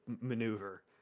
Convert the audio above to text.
maneuver